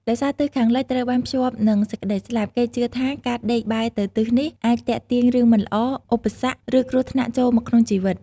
ដោយសារទិសខាងលិចត្រូវបានភ្ជាប់នឹងសេចក្ដីស្លាប់ គេជឿថាការដេកបែរទៅទិសនេះអាចទាក់ទាញរឿងមិនល្អ ឧបសគ្គ ឬគ្រោះថ្នាក់ចូលមកក្នុងជីវិត។